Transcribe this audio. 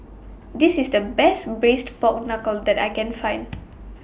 This IS The Best Braised Pork Knuckle that I Can Find